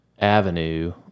avenue